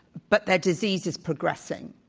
but that disease is progressing.